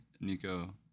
Nico